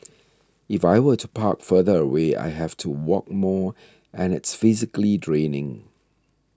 if I were to park further away I have to walk more and it's physically draining